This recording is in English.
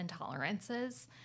intolerances